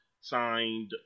signed